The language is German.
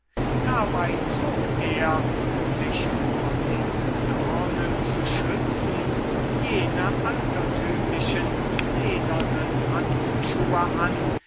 dabei zog er um sich vor den dornen zu schützen jene altertümlichen ledernen handschuhe an